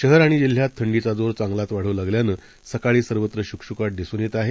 शहर आणि जिल्ह्यात थंडीचा जोर चांगलाच वाढू लागल्यानं सकाळी सर्वत्र शुकशुकाट दिसून येत आहे